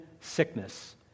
sickness